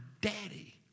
daddy